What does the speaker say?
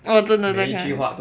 orh 真的再看